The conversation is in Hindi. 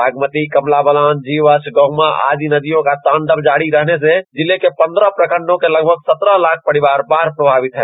बागमती कमला बलान जीवछ गहुमा आदि नदियों का ताँडव जारी रहने से जिले के पंद्रह प्रखंडों के लगभग सतरह लाख परिवार बाढ़ से प्रभावित हैं